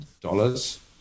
dollars